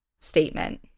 statement